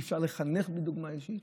אפשר לחנך בדוגמה אישית.